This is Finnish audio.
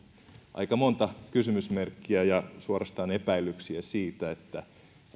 aika monta kysymysmerkkiä ja suorastaan epäilyksiä